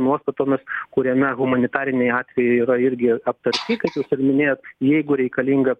nuostatomis kuriame humanitariniai atvejai yra irgi aptarti kaip jūs ir minėjot jeigu reikalinga